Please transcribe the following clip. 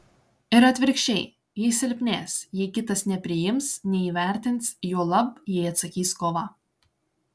ir atvirkščiai ji silpnės jei kitas nepriims neįvertins juolab jei atsakys kova